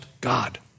God